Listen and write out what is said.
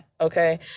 Okay